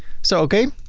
so okay,